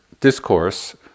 discourse